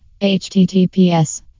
https